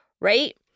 right